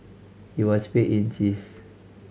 he was paid in cheese